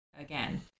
again